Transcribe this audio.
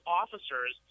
officers